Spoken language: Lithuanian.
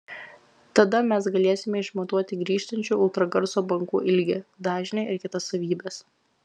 tada mes galėsime išmatuoti grįžtančių ultragarso bangų ilgį dažnį ir kitas savybes